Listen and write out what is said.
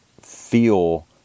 feel